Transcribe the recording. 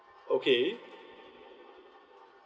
okay